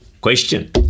Question